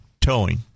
Towing